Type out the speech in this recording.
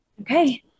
Okay